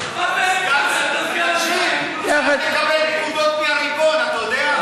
סגן שר צריך לקבל פקודות מהריבון, אתה יודע?